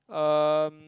um